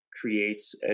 creates